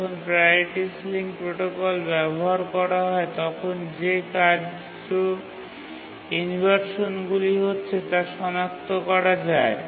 যখন priority ceiling protocol ব্যবহার করা হয় তখন যে কার্য ইনভারশানগুলি হচ্ছে তা সনাক্ত করা যায়